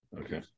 Okay